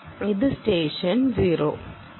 ഇത് സ്റ്റെഷൻ 0